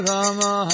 Rama